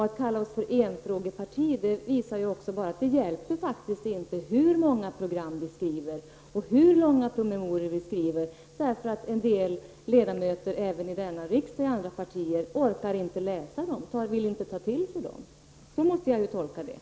Att kalla oss för enfrågeparti visar bara att det inte hjälper hur många program eller hur långa promemorier vi skriver. En del ledamöter i andra partier, även i denna riksdag, orkar inte läsa dem eller ta dem till sig. Så måste jag tolka detta.